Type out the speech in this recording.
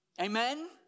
Amen